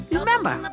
Remember